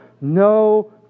no